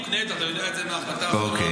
הסמכות מוקנית, אתה יודע את זה מההחלטה האחרונה.